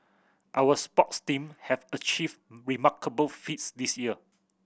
our sports team have achieved remarkable feats this year